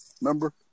remember